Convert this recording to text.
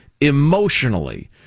emotionally